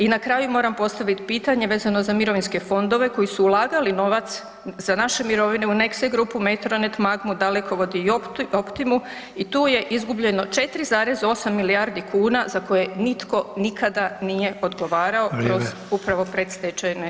I na kraju moram postaviti pitanje vezano za mirovinske fondove koji su ulagali novac za naše mirovine u Nexte grupu, Metronet, Magmu, Dalekovod i Optimu i tu je izgubljeno 4,8 milijardi kuna za koje nitko nikada nije odgovarao [[Upadica: Vrijeme.]] kroz upravo predstečajne nagodbe.